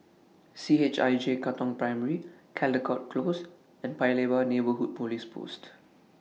C H I J Katong Primary Caldecott Close and Paya Lebar Neighbourhood Police Post